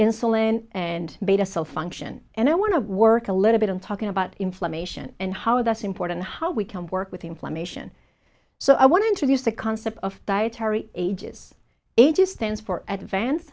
insulin and beta cell function and i want to work a little bit on talking about inflammation and how that's important how we can work with inflammation so i want to introduce the concept of dietary ages ages stands for advanced